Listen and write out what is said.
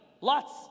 lots